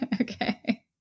okay